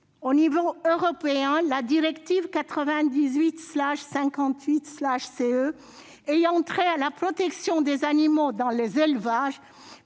Au niveau européen, la directive 98/58/CE concernant la protection des animaux dans les élevages